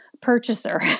purchaser